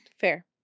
Fair